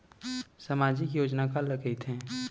सामाजिक योजना काला कहिथे?